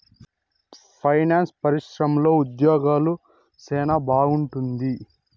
finance పరిశ్రమలో ఉద్యోగాలు సెనా బాగుంటుంది